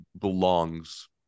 belongs